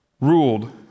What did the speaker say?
ruled